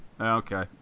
Okay